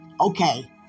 Okay